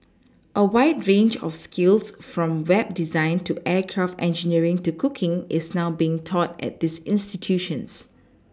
a wide range of skills from web design to aircraft engineering to cooking is now being taught at these institutions